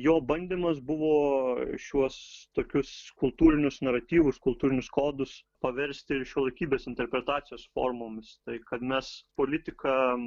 jo bandymas buvo šiuos tokius kultūrinius naratyvus kultūrinius kodus paversti ir šiuolaikybės interpretacijos formomis tai kad mes politiką